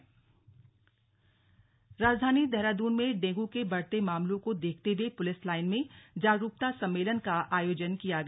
slug डेंग् राजधानी देहरादून में डेंगू के बढ़ते मामलों को देखते हुए पुलिस लाइन में जागरूकता सम्मेलन का आयोजन किया गया